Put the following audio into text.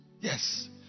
Yes